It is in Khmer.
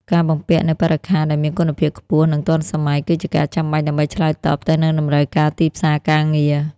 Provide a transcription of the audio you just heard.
ការបំពាក់នូវបរិក្ខារដែលមានគុណភាពខ្ពស់និងទាន់សម័យគឺជាការចាំបាច់ដើម្បីឆ្លើយតបទៅនឹងតម្រូវការទីផ្សារការងារ។